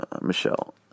Michelle